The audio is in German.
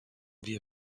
wir